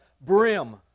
brim